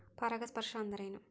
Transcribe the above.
ಪರಾಗಸ್ಪರ್ಶ ಅಂದರೇನು?